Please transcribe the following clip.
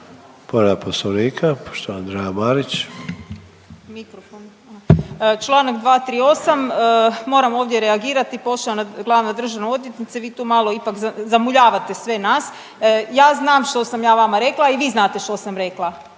Povreda poslovnika poštovana Andreja Marić.